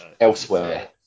elsewhere